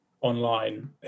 online